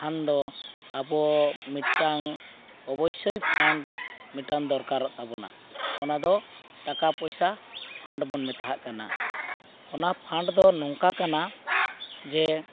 ᱠᱷᱟᱱ ᱫᱚ ᱟᱵᱚ ᱢᱤᱫᱴᱟᱝ ᱚᱵᱚᱥᱥᱚᱭ ᱯᱷᱟᱱᱰ ᱢᱤᱫᱴᱟᱝ ᱫᱚᱨᱠᱟᱨᱚᱜ ᱛᱟᱵᱚᱱᱟ ᱚᱱᱟᱫᱚ ᱴᱟᱠᱟ ᱯᱚᱭᱥᱟ ᱯᱷᱟᱱᱰ ᱵᱚᱱ ᱢᱮᱛᱟᱣᱟᱜ ᱠᱟᱱᱟ ᱚᱱᱟ ᱯᱷᱟᱱᱰ ᱫᱚ ᱱᱚᱝᱠᱟ ᱠᱟᱱᱟ ᱡᱮ